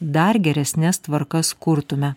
dar geresnes tvarkas kurtume